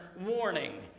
warning